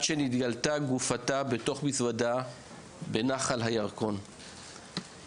שנתגלתה גופתה בתוך מזוודה בנחל הירקון,